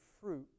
fruit